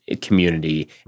community